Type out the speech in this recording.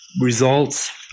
results